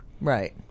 Right